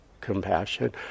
compassion